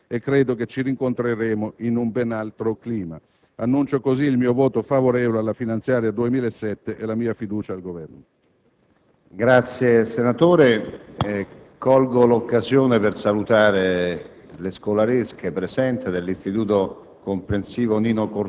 Ed è per questo che tutto il lavoro positivo che abbiamo fatto per migliorare la finanziaria è un giusto e buon lavoro che non può essere sminuito e svalorizzato da sterili attacchi strumentali ad effetti mediatici. Ai detrattori di questa finanziaria, che sicuramente non è perfetta, do volentieri appuntamento fra qualche mese